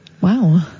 Wow